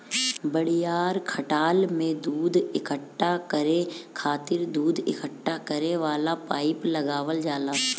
बड़ियार खटाल में दूध इकट्ठा करे खातिर दूध इकट्ठा करे वाला पाइप लगावल जाला